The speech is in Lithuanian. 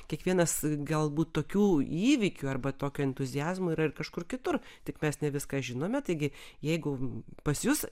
kiekvienas galbūt tokių įvykių arba tokio entuziazmo yra ir kažkur kitur tik mes ne viską žinome taigi jeigu pas jus